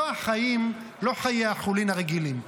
לא חיי החולין הרגילים.